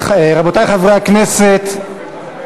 רבותי חברי הכנסת,